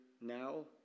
now